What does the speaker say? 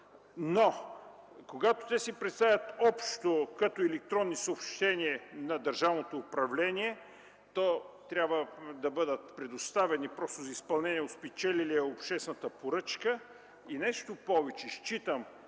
Но когато те се представят общо като електронни съобщения на държавното управление, то трябва да бъдат предоставени за изпълнение на спечелилия обществената поръчка. Нещо повече, считам,